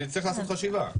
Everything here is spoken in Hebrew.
צריך לעשות חשיבה.